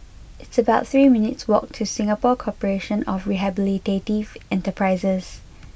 it's about three minutes' walk to Singapore Corporation of Rehabilitative Enterprises